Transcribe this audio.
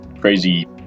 crazy